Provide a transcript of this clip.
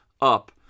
up